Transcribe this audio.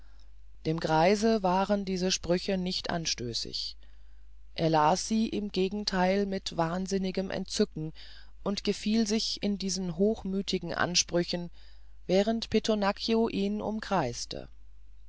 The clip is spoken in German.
dem greise waren diese sprüche nicht anstößig er las sie im gegentheil mit wahnsinnigem entzücken und gefiel sich in diesen hochmüthigen aussprüchen während pittonaccio ihn umkreiste